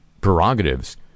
prerogatives